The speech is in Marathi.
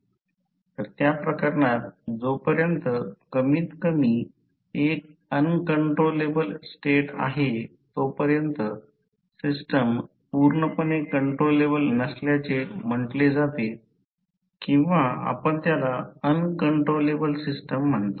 तर त्या प्रकरणात जोपर्यंत कमीतकमी एक अन कंट्रोलेबल स्टेट आहे तोपर्यंत सिस्टम पूर्णपणे कंट्रोलेबल नसल्याचे म्हटले जाते किंवा आपण त्याला अन कंट्रोलेबल सिस्टम म्हणतो